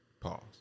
Pause